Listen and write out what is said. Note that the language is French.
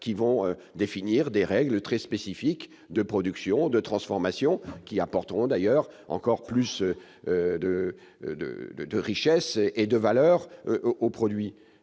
pour définir des règles très spécifiques de production ou de transformation qui apporteront encore plus de richesse et de valeur au produit.